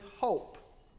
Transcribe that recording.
hope